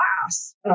class